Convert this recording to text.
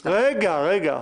רגע, רגע.